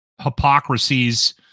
hypocrisies